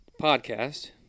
podcast